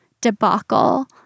debacle